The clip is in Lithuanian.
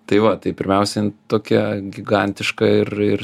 tai va tai pirmiausiai tokia gigantiška ir ir